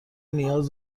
نیاز